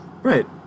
Right